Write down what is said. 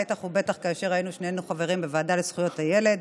בטח ובטח כאשר היינו שנינו חברים בוועדה לזכויות הילד,